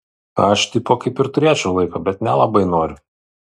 aš tipo kaip ir turėčiau laiko bet nelabai noriu